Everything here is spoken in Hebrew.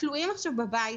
שכלואים עכשיו בבית,